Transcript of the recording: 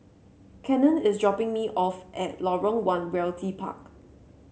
Cannon is dropping me off at Lorong One Realty Park